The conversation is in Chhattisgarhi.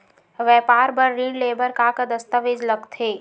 व्यापार बर ऋण ले बर का का दस्तावेज लगथे?